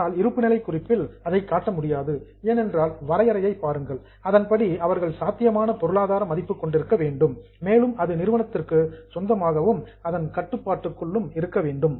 ஆனால் இருப்புநிலை குறிப்பில் அதை காட்ட முடியாது ஏனென்றால் வரையறையை பாருங்கள் அதன்படி அவர்கள் சாத்தியமான பொருளாதார மதிப்பு கொண்டிருக்க வேண்டும் மேலும் அது நிறுவனத்திற்கு சொந்தமாகவும் அதன் கட்டுப்பாட்டுக்குள் இருக்க வேண்டும்